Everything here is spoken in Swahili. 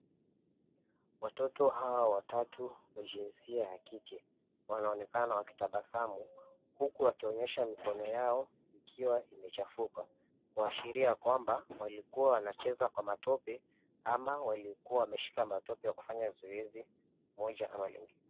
Watoto hawa watatu wa jinsia ya kike, wanaonekana wakitabasamu huku wakionyesha mikono yao ikiwa imechafuka, kuashiria kwamba walikuwa wanacheza kwa matope ama walikuwa wameshika matope wakifanya zoezi moja ama lingine.